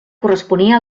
corresponia